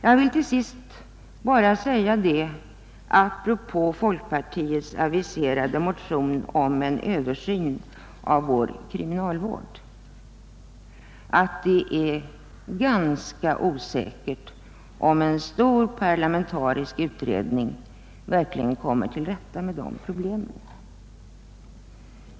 Jag vill till sist apropå folkpartiets aviserade motion om en översyn av vår kriminalvård bara säga, att det är ganska osäkert om en stor parlamentarisk utredning verkligen kommer till rätta med detta problem.